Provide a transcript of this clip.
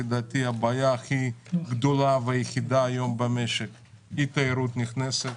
לדעתי היא הבעיה הכי גדולה והיחידה היום במשק היא תיירות נכנסת.